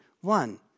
One